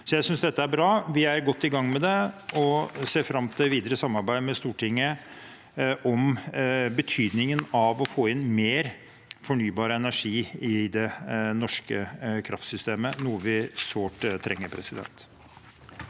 Jeg synes dette er bra. Vi er godt i gang med det, og jeg ser fram til videre samarbeid med Stortinget om betydningen av å få inn mer fornybar energi i det norske kraftsystemet, noe vi sårt trenger. Presidenten